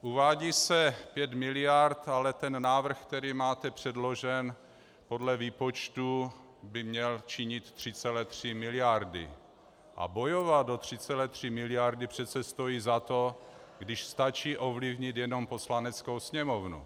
Uvádí se 5 mld., ale návrh, který máte předložen, podle výpočtu by měl činit 3,3 mld. A bojovat o 3,3 mld. přece stojí za to, když stačí ovlivnit jenom Poslaneckou sněmovnu.